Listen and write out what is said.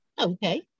Okay